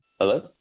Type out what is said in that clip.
Hello